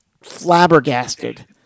flabbergasted